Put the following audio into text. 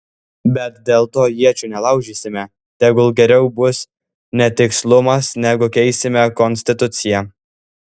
bet dėl to iečių nelaužysime tegul geriau bus netikslumas negu keisime konstituciją